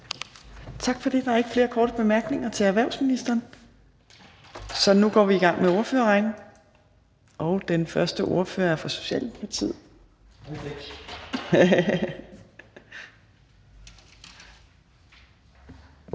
Tak for det. Der er ikke flere korte bemærkninger til erhvervsministeren, så nu går vi i gang med ordførerrækken. Den første ordfører er fra Socialdemokratiet,